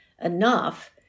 enough